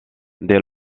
dès